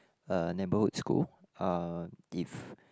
a neighborhood school uh if